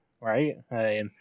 right